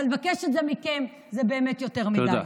אבל לבקש את זה מכם זה באמת יותר מדי.